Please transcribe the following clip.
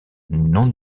non